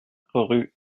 rue